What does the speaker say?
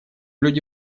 люди